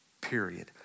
period